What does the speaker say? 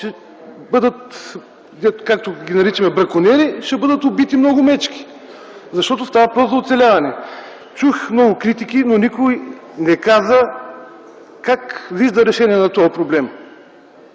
ще бъдат, както ги наричаме, бракониери и ще бъдат убити много мечки, защото става въпрос за оцеляване. Чух много критики, но никой не каза как вижда решението на този проблем.